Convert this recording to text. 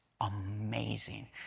amazing